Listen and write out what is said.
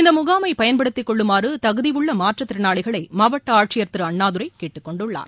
இந்த முகாமை பயன்படுத்திக் கொள்ளுமாறு தகுதியுள்ள மாற்றுத் திறனாளிகளை மாவட்ட ஆட்சியர் திரு அண்ணாதுரை கேட்டுக் கொண்டுள்ளார்